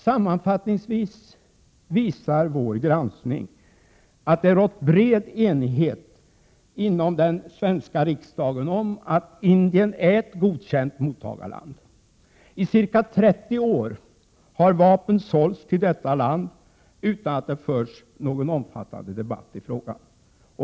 Sammanfattningsvis visar vår granskning att det rått bred enighet inom den svenska riksdagen om att Indien är ett godkänt mottagarland. I ca 30 år har vapen sålts till detta land utan att det förts någon omfattande debatt i frågan.